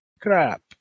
crap